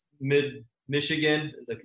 mid-Michigan